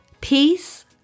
peace